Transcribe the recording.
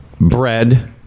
Bread